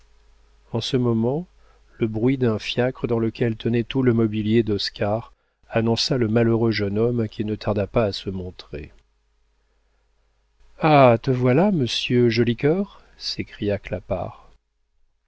en ce moment le bruit d'un fiacre dans lequel tenait tout le mobilier d'oscar annonça le malheureux jeune homme qui ne tarda pas à se montrer ah te voilà monsieur joli cœur s'écria